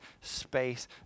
space